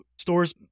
stores